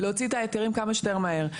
להוציא את ההיתרים כמה שיותר מהר.